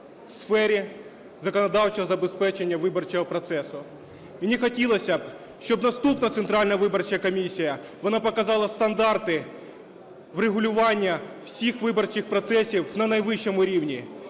у сфері законодавчого забезпечення виборчого процесу. Мені хотілось би, щоб наступна Центральна виборча комісія, вона показала стандарти врегулювання всіх виборчих процесів на найвищому рівні.